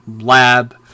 lab